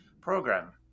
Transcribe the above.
program